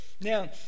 Now